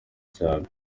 cyane